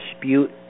dispute